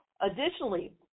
Additionally